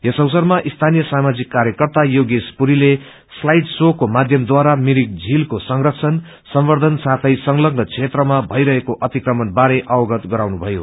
यस अवसरमा स्थानीय सामाजिक कार्यकर्ता योगेश पुरीले स्लाइड शोको माध्यमद्वारा मिरिक झीलको संरक्षण सम्बर्द्वन साथे संलग्न क्षेत्रमा भइरहेको अतिक्रमण बारे अवगत गराउनुभयो